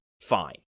Fine